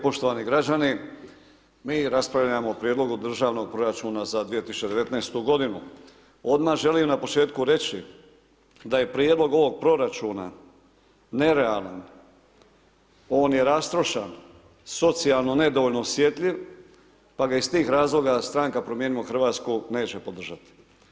Poštovani građani, mi raspravljamo o prijedlogu državnog proračuna za 2019.g. Odmah želim na početku reći, da je prijedlog ovog proračuna nerealan, one je rastrošan, socijalno nedovoljno osjetljiv, pa ga iz tih razloga, stranka Promijenimo Hrvatsku, neće podržati.